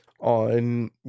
on